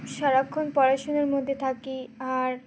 সারাক্ষণ পড়াশুনার মধ্যে থাকি আর